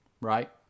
Right